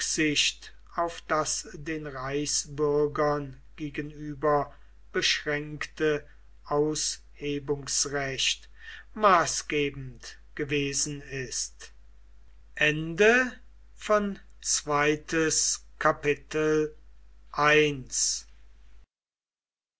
auf das den reichsbürgern gegenüber beschränkte aushebungsrecht maßgebend gewesen ist